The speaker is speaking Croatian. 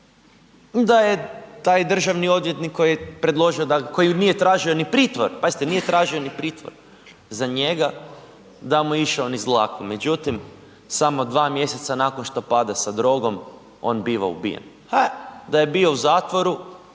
da je taj državni odvjetnik koji je predložio, koji nije tražio ni pritvor, pazite nije tražio ni pritvor, za njega da mu je išao niz dlaku. Međutim, samo 2 mjeseca nakon što pada sa drogom on biva ubijen, ha, da je bio u zatvoru,